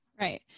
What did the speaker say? Right